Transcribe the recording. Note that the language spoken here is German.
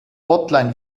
hotline